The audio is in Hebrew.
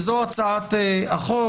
זו הצעת החוק.